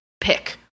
pick